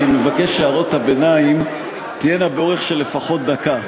אני מבקש שהערות הביניים תהיינה באורך של לפחות דקה.